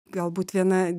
galbūt viena